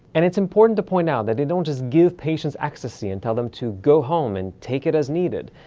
and it's important to point out that they don't just give patients ecstasy and tell them to go home and take it as needed.